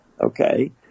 Okay